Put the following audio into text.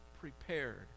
prepared